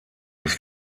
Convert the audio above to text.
des